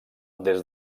des